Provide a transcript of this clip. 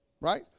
Right